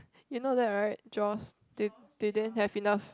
you know that right Jaws they they didn't have enough